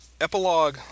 epilogue